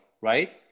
right